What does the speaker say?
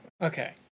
okay